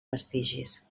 vestigis